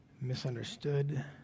misunderstood